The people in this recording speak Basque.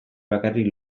bakarrik